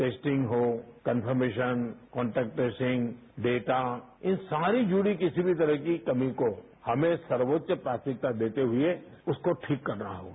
testing हो confirmation contact tracing और data से जुड़ी किसी भी तरह की कमी को हमें सर्वोच्च प्राथमिकता देते हुए उसको ठीक करना होगा